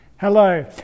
hello